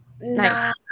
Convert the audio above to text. nice